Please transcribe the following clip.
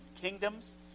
kingdoms